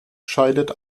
scheidet